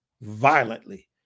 violently